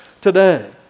today